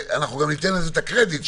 ואנחנו ניתן לזה את הקרדיט,